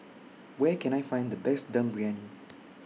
Where Can I Find The Best Dum Briyani